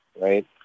right